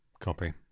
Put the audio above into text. copy